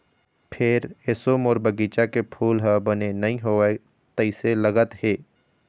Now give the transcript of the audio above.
फेर एसो मोर बगिचा के फूल ह बने नइ होवय तइसे लगत हे